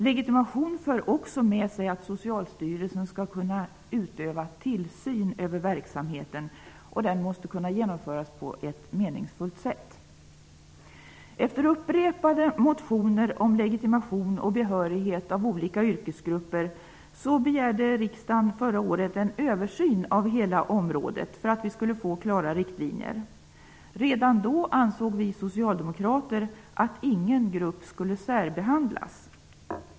Legitimation för också med sig att Socialstyrelsen skall kunna utöva tillsyn över verksamheten. Den måste kunna genomföras på ett meningsfullt sätt. Efter upprepade motioner om legitimation och behörighet av olika yrkesgrupper begärde riksdagen förra året en översyn av hela området, för att vi skulle få klara riktlinjer. Redan då ansåg vi socialdemokrater att ingen grupp skulle särbehandlas.